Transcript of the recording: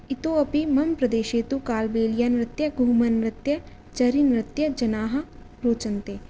इतोपि मम प्रदेशे तु कालबेलीयानृत्य घुमरनृत्य चरीनृत्य जनाः रोचन्ते